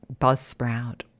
Buzzsprout